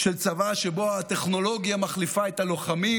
של צבא שבו הטכנולוגיה מחליפה את הלוחמים